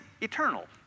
eternal